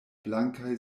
blankaj